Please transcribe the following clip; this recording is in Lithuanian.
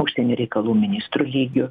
užsienio reikalų ministrų lygiu